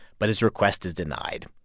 but his request is denied.